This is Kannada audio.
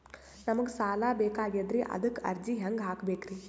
ನಮಗ ಸಾಲ ಬೇಕಾಗ್ಯದ್ರಿ ಅದಕ್ಕ ಅರ್ಜಿ ಹೆಂಗ ಹಾಕಬೇಕ್ರಿ?